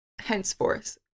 henceforth